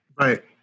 Right